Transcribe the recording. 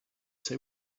say